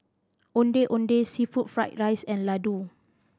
Ondeh Ondeh seafood fried rice and laddu